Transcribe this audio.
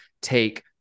take